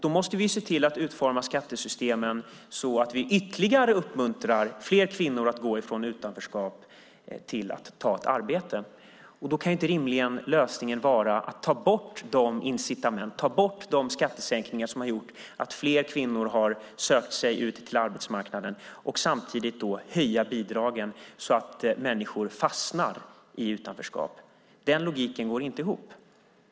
Då måste vi se till att utforma skattesystemen så att vi ytterligare uppmuntrar fler kvinnor att gå från utanförskap till att ta ett arbete. Då kan rimligen inte lösningen vara att ta bort de incitament och de skattesänkningar som har gjort att fler kvinnor har sökt sig till arbetsmarknaden och samtidigt höja bidragen så att människor fastnar i utanförskap. Det går inte ihop.